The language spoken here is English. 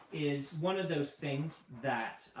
is one of those things that